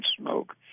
smoke